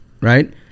right